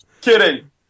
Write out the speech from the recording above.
Kidding